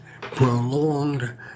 prolonged